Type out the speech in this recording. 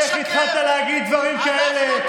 איך התחלת להגיד דברים כאלה,